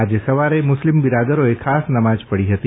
આજે સવારે મુરેસ્લમ બિરાદરોએ ખાસ નામજ પઢી હતી